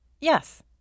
Yes